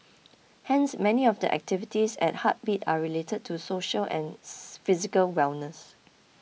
hence many of the activities at heartbeat are related to social and physical wellness